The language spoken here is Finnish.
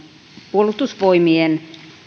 puolustusvoimien